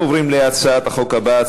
אנחנו עוברים להצעת החוק הבאה,